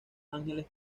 ángeles